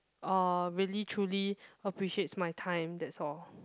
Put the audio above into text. uh really truly appreciates my time that's all